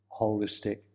holistic